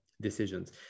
decisions